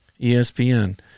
ESPN